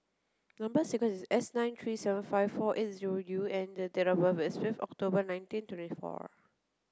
number sequence is S nine three seven five four eight zero U and the date of birth is fifth October nineteen twenty four